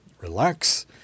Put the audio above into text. relax